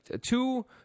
two